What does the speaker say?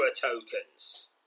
tokens